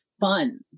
fun